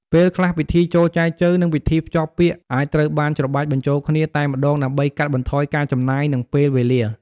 ពេលខ្លះ ពិធីចូលចែចូវ និងពិធីភ្ជាប់ពាក្យអាចត្រូវបាន ច្របាច់បញ្ចូលគ្នា តែម្ដងដើម្បីកាត់បន្ថយការចំណាយ និងពេលវេលា។